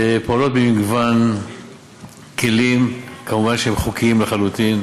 פועלות במגוון כלים, מובן שהם חוקיים לחלוטין,